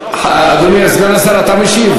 אדוני סגן השר, אתה משיב?